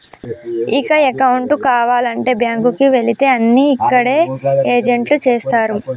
ఇక అకౌంటు కావాలంటే బ్యాంకుకి వెళితే అన్నీ అక్కడ ఏజెంట్లే చేస్తరు